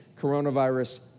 coronavirus